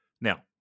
Now